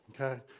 Okay